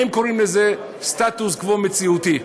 הם קוראים לזה: סטטוס קוו מציאותי,